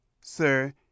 Sir